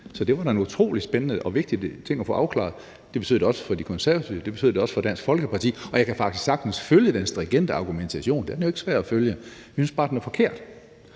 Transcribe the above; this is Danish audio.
– det var da en utrolig spændende og vigtig ting at få afklaret – og det betyder det også for De Konservative og Dansk Folkeparti. Og jeg kan faktisk sagtens følge den stringente argumentation; den er jo ikke svær at følge, men jeg synes bare, den er forkert.